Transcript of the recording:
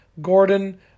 Gordon